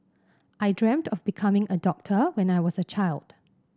I dreamt of becoming a doctor when I was a child